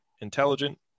intelligent